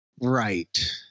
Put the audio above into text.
Right